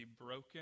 broken